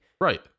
Right